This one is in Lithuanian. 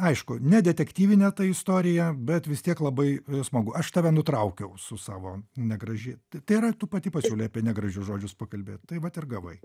aišku ne detektyvinė ta istorija bet vis tiek labai smagu aš tave nutraukiau su savo negražiai tai yra tu pati pasiūlei apie negražius žodžius pakalbėt tai vat ir gavai